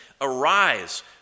arise